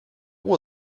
will